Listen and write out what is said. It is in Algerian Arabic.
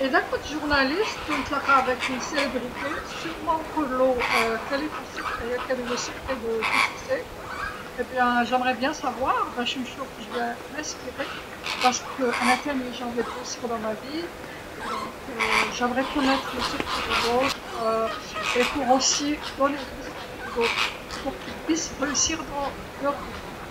إذا كنت صحفي ونتلقا مع أحد المشاهير أكيد أسأله ما سرك ما سر نجاحك؟ حسنًا أود أن أعرف جيدًا باش نشوف أنا متأكد من أنني سوف ألهم لأنني أريد أن أنجح في حياتي وبالتالي أود أن أعرف سر الآخرين أه وأيضًا أن أكون قدوة للآخرين في أنهم يستطيعون النجاح في حياتهم، هذا كل شيء.